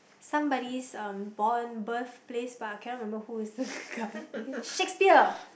somebody's um born birthplace but i cannot remember who is the guy Shakespeare